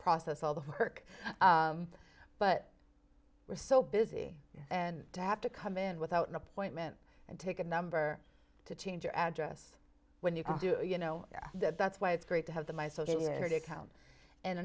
process all the work but we're so busy and to have to come in without an appointment and take a number to change your address when you do you know that's why it's great to have the